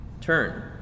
Turn